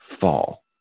fall